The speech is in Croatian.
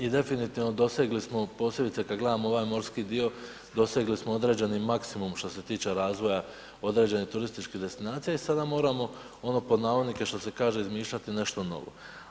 I definitivno dosegli smo posebice kada gledamo ovaj morski dio dosegli smo određeni maksimum što se tiče razvoja određenih turističkih destinacija i sada moramo ono pod navodnike što se kaže izmišljati nešto novo.